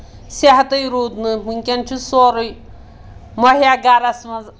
صحتٕے روٗد نہٕ وٕنکؠن چھُ سورُے مۄہَیا گَرَس منٛز